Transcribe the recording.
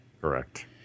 Correct